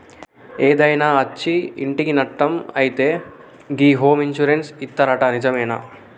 ఏదైనా అచ్చి ఇంటికి నట్టం అయితే గి హోమ్ ఇన్సూరెన్స్ ఇత్తరట నిజమేనా